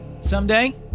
Someday